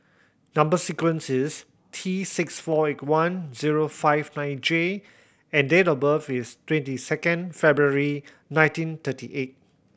number sequence is T six four eight one zero five nine J and date of birth is twenty second February nineteen thirty eight